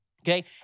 Okay